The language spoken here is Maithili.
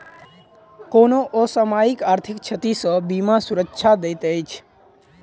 कोनो असामयिक आर्थिक क्षति सॅ बीमा सुरक्षा दैत अछि